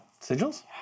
sigils